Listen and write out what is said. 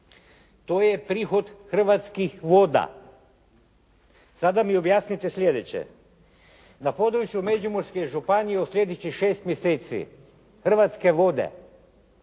To je prihod Hrvatskih voda. Sada mi objasnite sljedeće. Na području Međimurske županije u sljedećih 6 mjeseci Hrvatske vode